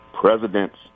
Presidents